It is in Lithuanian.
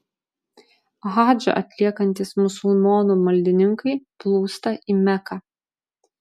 hadžą atliekantys musulmonų maldininkai plūsta į meką